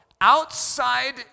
outside